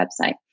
website